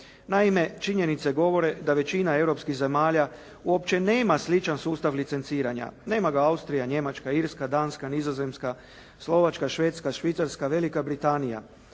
Naime, činjenice govore da većina europskih zemalja uopće nema sličan sustav licenciranja. Nema ga Austrija, Njemačka, Irska, Danska, Nizozemska, Slovačka, Švedska, Švicarska, Velika Britanija.